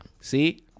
See